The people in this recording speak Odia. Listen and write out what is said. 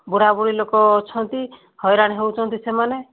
ବୁଢ଼ା ବୁଢ଼ୀ ଲୋକ ଅଛନ୍ତି ହଇରାଣ ହେଉଛନ୍ତି ସେମାନେ